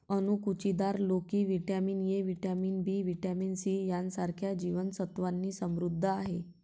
अणकुचीदार लोकी vitamin A, vitamin B, vitamin C यांसारख्या जीवन सत्त्वांनी समृद्ध आहे